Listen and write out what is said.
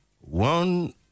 one